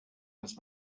was